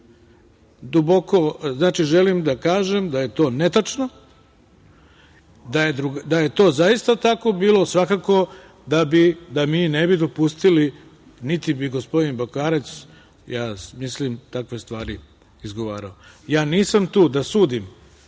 Rusiji. Znači, želim da kažem da je to netačno. Da je to zaista tako bilo, svakako da mi ne bi dopustili, niti bi gospodin Bakarec, ja mislim, takve stvari izgovarao. Nisam tu da sudim